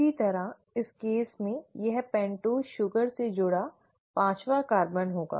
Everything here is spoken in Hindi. इसी तरह इस केस में यह पेंटोस शुगर से जुड़ा पांचवा कार्बन होगा